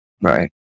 right